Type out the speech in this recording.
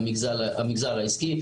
והמגזר העסקי,